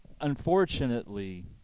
unfortunately